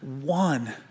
one